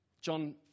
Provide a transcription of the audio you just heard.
John